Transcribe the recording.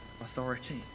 authority